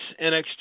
NXT